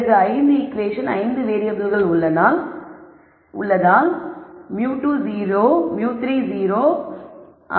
பிறகு 5 ஈகுவேஷன் 5 வேறியபிள்கள் உள்ளதால் μ2 0 μ3 0 5 ஆக இருக்கும்